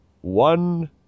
one